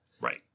Right